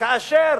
כאשר